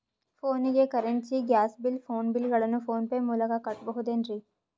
ಫೋನಿಗೆ currency, gas bill, phone bill ಗಳನ್ನು PhonePe ಮೂಲಕ ಕಟ್ಟಬಹುದೇನ್ರಿ?